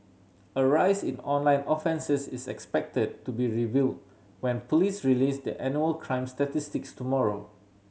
a rise in online offences is expected to be reveal when police release their annual crime statistics tomorrow